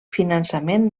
finançament